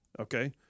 Okay